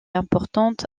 importante